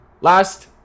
Last